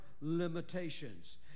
limitations